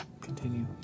Continue